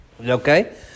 Okay